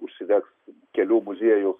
užsidegs kelių muziejų